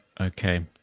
Okay